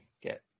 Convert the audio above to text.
get